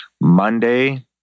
Monday